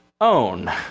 own